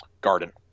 Garden